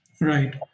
Right